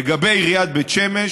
לגבי עיריית בית שמש,